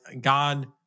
God